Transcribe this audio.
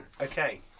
Okay